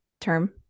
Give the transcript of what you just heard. Term